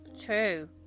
True